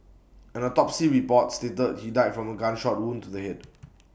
an autopsy report stated he died from A gunshot wound to the Head